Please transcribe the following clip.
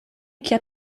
kept